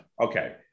Okay